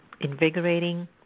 invigorating